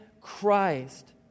Christ